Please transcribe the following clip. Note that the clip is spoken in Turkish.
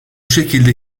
şekilde